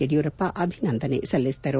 ಯಡಿಯೂರಪ್ಪ ಅಭಿನಂದನೆ ಸಲ್ಲಿಸಿದರು